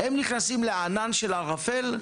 הם נכנסים לענן ערפל.